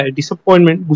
Disappointment